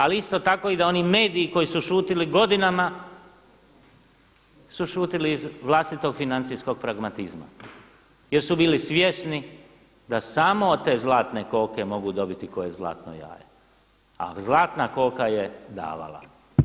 Ali isto tako i da oni mediji koji su šutjeli godinama su šutjeli iz vlastitog financijskog pragmatizma jer su bili svjesni da samo od te zlatne koke mogu dobiti koje zlatno jaje a zlatna koka je davala.